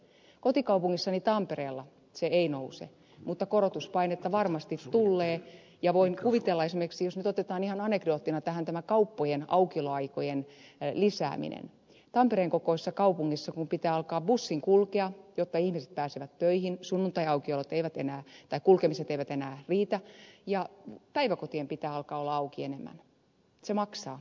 kotikaupungissani tampereella se ei nouse mutta korotuspainetta varmasti tullee ja voin kuvitella esimerkiksi jos nyt otetaan ihan anekdoottina tähän tämä kauppojen aukioloaikojen lisääminen että kun tampereen kokoisessa kaupungissa pitää alkaa bussin kulkea jotta ihmiset pääsevät töihin sunnuntaikulkemiset eivät enää riitä ja päiväkotien pitää alkaa olla auki enemmän se maksaa